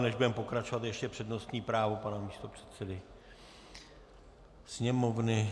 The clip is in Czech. Než budeme pokračovat, ještě přednostní právo pana místopředsedy Sněmovny.